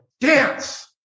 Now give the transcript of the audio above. dance